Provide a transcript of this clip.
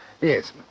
Yes